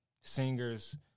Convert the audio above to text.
singers